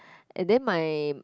and then my